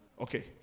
Okay